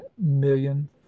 million